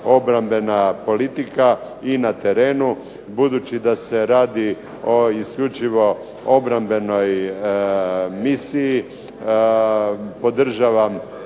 obrambena politika i na terenu. Budući da se radi o isključivo obrambenoj misiji, podržavam